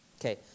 Okay